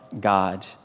God